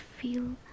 feel